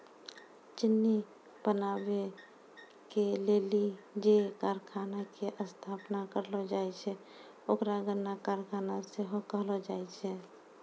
चिन्नी बनाबै के लेली जे कारखाना के स्थापना करलो जाय छै ओकरा गन्ना कारखाना सेहो कहलो जाय छै